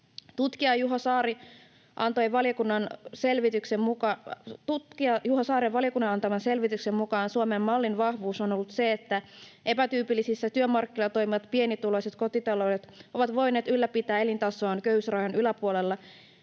Tutkija Juho Saaren valiokunnalle antaman selvityksen mukaan Suomen mallin vahvuus on ollut se, että epätyypillisillä työmarkkinoilla toimivat pienituloiset kotitaloudet ovat voineet ylläpitää elintasoaan köyhyysrajan yläpuolella